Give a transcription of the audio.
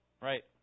Right